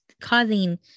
causing